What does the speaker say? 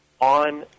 on